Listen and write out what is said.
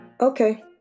Okay